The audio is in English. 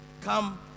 Come